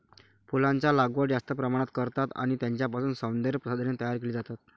फुलांचा लागवड जास्त प्रमाणात करतात आणि त्यांच्यापासून सौंदर्य प्रसाधने तयार केली जातात